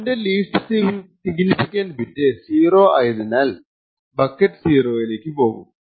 ഇതിന്റെ least significant bit 0 ആയതിനാൽ bucket 0 ലേക്ക് പോകും